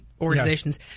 organizations